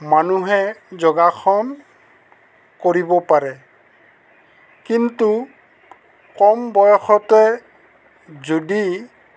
মানুহে যোগাসন কৰিব পাৰে কিন্তু কম বয়সতে যদি